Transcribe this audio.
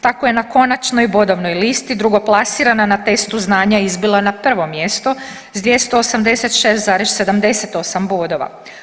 Tako je na konačnoj bodovnoj listi drugoplasirana na testu znanja izbila na prvo mjesto s 286,78 bodova.